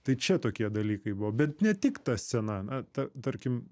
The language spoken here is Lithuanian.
tai čia tokie dalykai buvo bet ne tik ta scena na tarkim